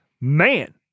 man